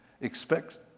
expect